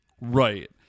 Right